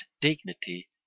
dignity